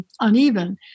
uneven